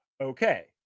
Okay